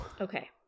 Okay